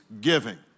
giving